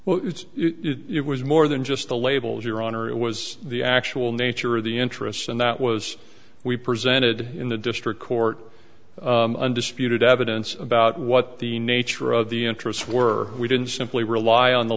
well it's it was more than just the labels your honor it was the actual nature of the interests and that was we presented in the district court undisputed evidence about what the nature of the interests were we didn't simply rely on the